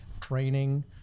training